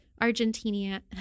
Argentina